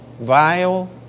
vile